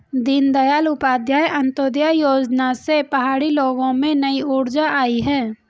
दीनदयाल उपाध्याय अंत्योदय योजना से पहाड़ी लोगों में नई ऊर्जा आई है